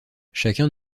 chacun